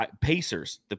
pacers